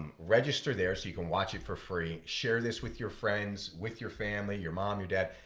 register there so you can watch it for free. share this with your friends, with your family, your mom, your dad.